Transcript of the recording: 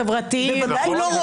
החברתיים וכולי.